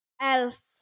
Elf